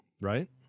right